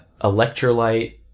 Electrolyte